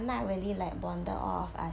I'm not really like bonded off I